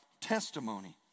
testimony